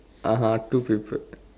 (uh huh) two paper